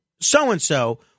So-and-so